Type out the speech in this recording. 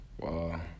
Wow